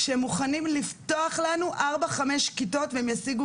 שהם מוכנים לפתוח לנו 4-5 כיתות ושהם ישיגו